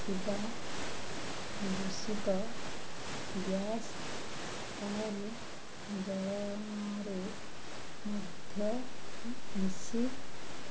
ଥିବା ଦୂଷିତ ଗ୍ୟାସ୍ ଫଳରେ ଜଳରେ ମଧ୍ୟ ମିଶି